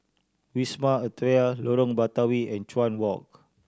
Wisma Atria Lorong Batawi and Chuan Walk